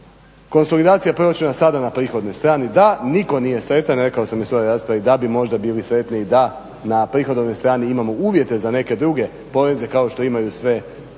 Konsolidacija proračuna sada na prihodnoj strani, da. Nitko nije sretan, rekao sam u svojoj raspravi, da bi možda bili sretniji da na prihodovnoj strani imamo uvjete za neke druge poreze kao što imaju sve